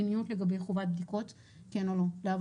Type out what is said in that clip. ככאלה שיש להם איזה שהוא פוטנציאל לעקוף